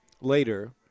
later